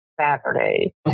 Saturday